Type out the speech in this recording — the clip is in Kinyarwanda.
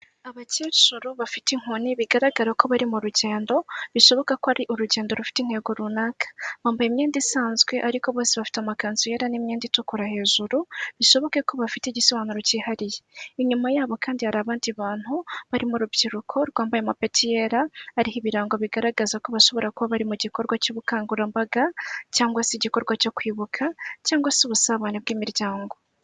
Abakecuru bafite inkoni bigaragara ko bari mu rugendo bishoboka ko ari urugendo rufite intego runaka, bambaye imyenda isanzwe ariko bose bafite amakanzu yera n'imyenda itukura hejuru bishoboke ko bafite igisobanuro cyihariye. Inyuma ya bo kandi hari abandi bantu barimo urubyiruko rwambaye amapeti yera ariho ibirango bigaragaza ko bashobora kuba bari mu gikorwa cy'ubukangurambaga, cyangwa se igikorwa cyo kwibuka, cyangwa se ubusabane bw'imiryango.